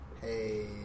Hey